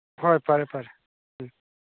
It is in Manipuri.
ꯍꯣꯏ ꯐꯔꯦ ꯐꯔꯦ ꯎꯝ